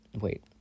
wait